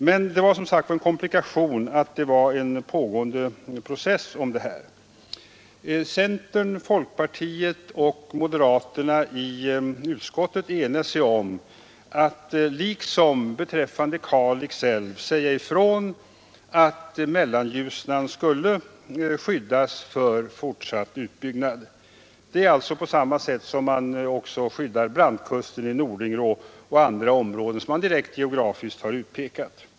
Men en komplikation var som sagt att det pågick en process om dessa frågor. liksom när det gällde Kalix älv säga ifrån att Mellanljusnan skulle skyddas för fortsatt utbyggnad, på samma sätt som man skyddar brantkusten vid Nordingrå och andra områden som direkt geografiskt utpekades.